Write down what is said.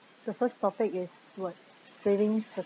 the first topic is what saving